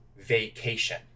vacation